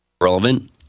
relevant